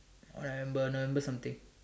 uh I remember number something